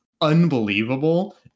unbelievable